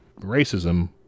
racism